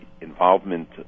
involvement